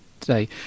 today